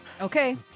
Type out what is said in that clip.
Okay